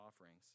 offerings